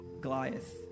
Goliath